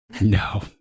No